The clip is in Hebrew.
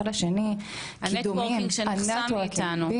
לשני --- ה'נט וורקינג' שנחסם מאיתנו,